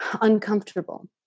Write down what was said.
uncomfortable